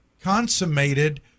consummated